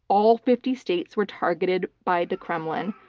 all fifty states were targeted by the kremlin.